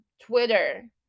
Twitter